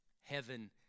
Heaven